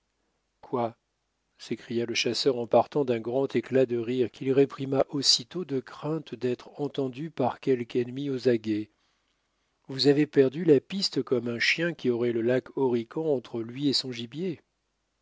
quoi s'écria le chasseur en partant d'un grand éclat de rire qu'il réprima aussitôt de crainte d'être entendu par quelque ennemi aux aguets vous avez perdu la piste comme un chien qui aurait le lac horican entre lui et son gibier